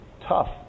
tough